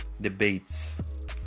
debates